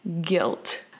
guilt